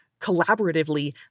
collaboratively